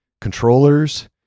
controllers